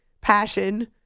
passion